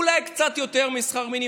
אולי קצת יותר משכר מינימום,